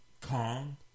Kong